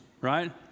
right